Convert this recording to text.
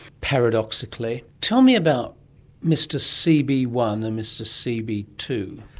paradoxically. tell me about mr c b one and mr c b two.